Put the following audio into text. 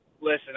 Listen